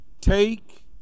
Take